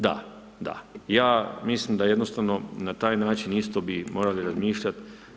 Da, da, ja mislim da jednostavno na taj način isto bi morali razmišljati.